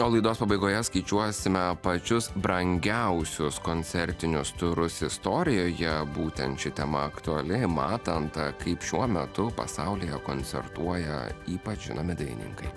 o laidos pabaigoje skaičiuosime pačius brangiausius koncertinius turus istorijoje būtent ši tema aktuali matant kaip šiuo metu pasaulyje koncertuoja ypač žinomi dainininkai